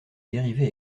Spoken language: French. dérivée